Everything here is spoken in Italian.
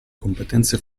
competenze